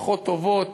משפחות טובות,